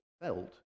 felt